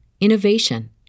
innovation